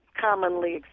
commonly